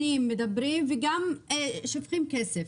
מדברים עליהן שנים וגם שופכים עליהן כסף,